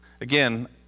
Again